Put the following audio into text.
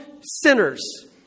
sinners